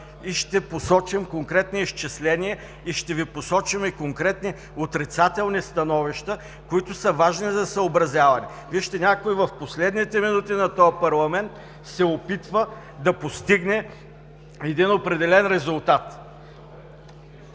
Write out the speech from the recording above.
и ще посочим конкретни изчисления. Ще Ви посочим и конкретни отрицателни становища, които са важни за съобразяване. Вижте, някой в последните минути на този парламент се опитва да постигне един определен резултат.